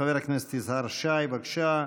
חבר הכנסת יזהר שי, בבקשה.